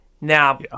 Now